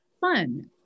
fun